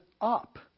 up